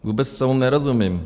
Vůbec tomu nerozumím.